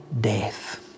death